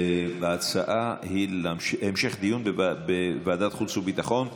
ההצעה היא המשך דיון בוועדת חוץ וביטחון.